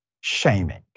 shaming